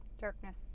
darkness